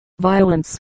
violence